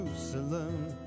Jerusalem